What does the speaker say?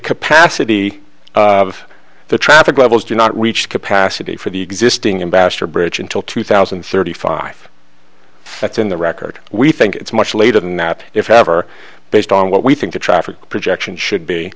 capacity of the traffic levels do not reach capacity for the existing embassador bridge until two thousand and thirty five that's in the record we think it's much later than that if ever based on what we think the traffic projection should be